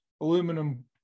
aluminum